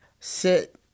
sit